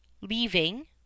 leaving